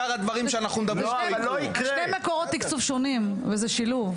זה מקורות תקצוב שונים וזה שילוב.